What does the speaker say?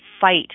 fight